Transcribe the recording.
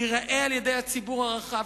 ייראה על-ידי הציבור הרחב,